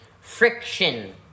Friction